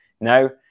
Now